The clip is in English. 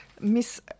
Miss